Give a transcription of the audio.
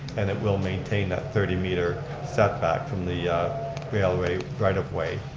and it will maintain that thirty meter setback from the railway right of way.